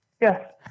Yes